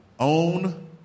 own